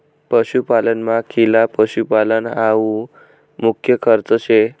पशुपालनमा खिला पशुपालन हावू मुख्य खर्च शे